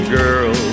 girl